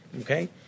Okay